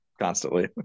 constantly